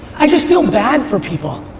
i just feel bad for people.